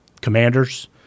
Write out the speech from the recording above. commanders